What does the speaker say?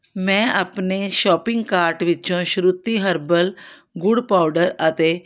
ਮੈਂ ਆਪਣੇ shopping cart ਵਿੱਚੋਂ ਸ਼ਰੂਤੀ ਹਰਬਲ ਗੁੜ ਪਾਊਡਰ ਅਤੇ